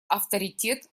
авторитет